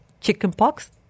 Chickenpox